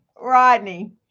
Rodney